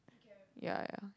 yeah yeah